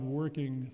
working